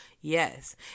yes